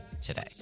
today